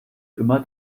immer